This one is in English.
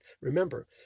Remember